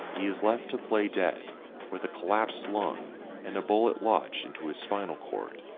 he is left to play dead with a collapsed lung and a bullet lodged into his spinal cord,